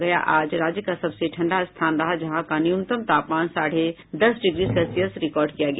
गया आज राज्य का सबसे ठंडा स्थान रहा जहां का न्यूनतम तापमान साढ़े दस डिग्री सेल्सियस दर्ज किया गया